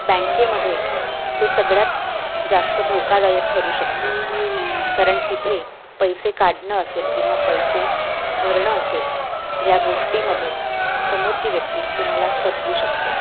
बँकेमध्ये हे सगळ्यात जास्त धोकादायक ठरू शकतं कारण तिथे पैसे काढणं असेल किंवा पैसे भरणं असेल या गोष्टीमध्ये समोरची व्यक्ती तुम्हाला फसवू शकते